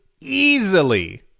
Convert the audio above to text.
easily